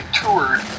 toured